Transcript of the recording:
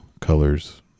colors